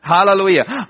Hallelujah